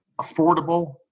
affordable